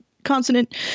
consonant